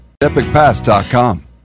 EpicPass.com